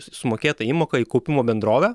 sumokėta įmoka į kaupimo bendrovę